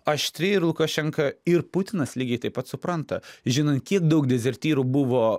aštri ir lukašenka ir putinas lygiai taip pat supranta žinant kiek daug dezertyrų buvo